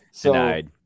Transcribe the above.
Denied